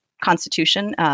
constitution